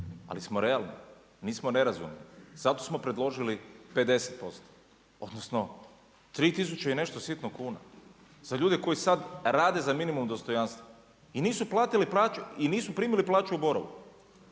Ali smo realni, nismo nerazumni. Zato smo predložili 50%, odnosno 3000 i nešto sitno kuna za ljude koji sad rade za minimum dostojanstva i nisu primili plaću u Borovu,